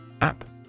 App